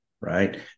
right